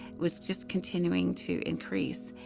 was just continuing to increase.